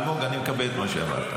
אלמוג, אני מקבל את מה שאמרת.